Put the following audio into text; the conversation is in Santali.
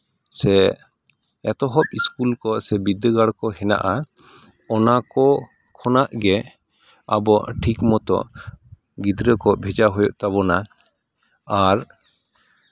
ᱥᱮ ᱮᱛᱚᱦᱚᱵ ᱤᱥᱠᱩᱞ ᱠᱚ ᱥᱮ ᱵᱤᱫᱽᱫᱟᱹᱜᱟᱲ ᱠᱚ ᱦᱮᱱᱟᱜᱼᱟ ᱚᱱᱟ ᱠᱚ ᱠᱷᱚᱱᱟᱜ ᱜᱮ ᱟᱵᱚ ᱴᱷᱤᱠ ᱢᱚᱛᱚ ᱜᱤᱫᱽᱨᱟᱹ ᱠᱚ ᱵᱷᱮᱡᱟ ᱦᱩᱭᱩᱜ ᱛᱟᱵᱚᱱᱟ ᱟᱨ